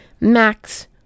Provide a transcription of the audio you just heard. Max